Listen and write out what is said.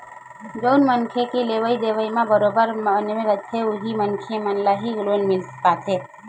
जउन मनखे के लेवइ देवइ ह बरोबर बने रहिथे उही मनखे मन ल ही लोन मिल पाथे